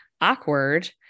awkward